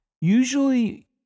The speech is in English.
Usually